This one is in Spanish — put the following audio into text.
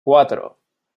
cuatro